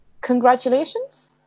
Congratulations